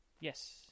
Yes